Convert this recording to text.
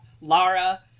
Lara